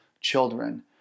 children